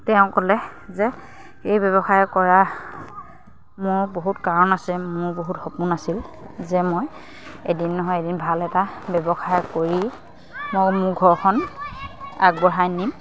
তেওঁ ক'লে যে এই ব্যৱসায় কৰা মোৰ বহুত কাৰণ আছে মোৰ বহুত সপোন আছিল যে মই এদিন নহয় এদিন ভাল এটা ব্যৱসায় কৰি মই মোৰ ঘৰখন আগবঢ়াই নিম